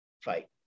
fight